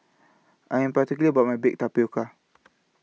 I Am particular about My Baked Tapioca